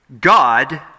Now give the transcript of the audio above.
God